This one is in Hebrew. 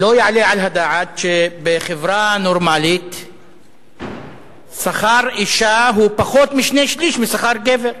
לא יעלה על הדעת שבחברה נורמלית שכר אשה הוא פחות משני-שלישים משכר גבר.